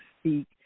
speak